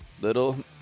Little